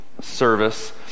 service